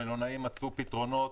המלונאים מצאו פתרונות.